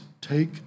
take